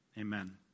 Amen